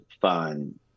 fun